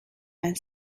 and